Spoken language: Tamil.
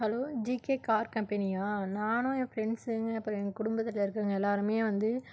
ஹலோ ஜிகே கார் கம்பெனியா நானும் என் பிரண்ட்ஸ்சுங்க அப்புறம் எங்கள் குடும்பத்தில் இருக்கவங்க எல்லாருமே வந்து